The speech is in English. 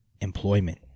employment